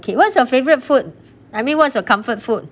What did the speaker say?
okay what's your favourite food I mean what's your comfort food